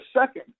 second